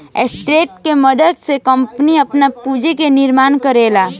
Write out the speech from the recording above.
stock के मदद से कंपनियां आपन पूंजी के निर्माण करेला